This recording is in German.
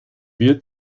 wir